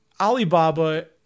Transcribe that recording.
Alibaba